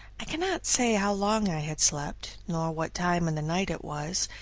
i cannot say how long i had slept, nor what time in the night it was,